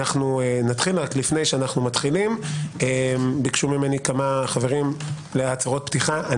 לפני שאנחנו מתחילים ביקשו ממני כמה חברים לומר הצהרות פתיחה.